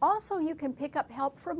also you can pick up help from